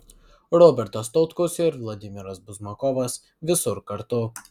robertas tautkus ir vladimiras buzmakovas visur kartu